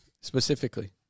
specifically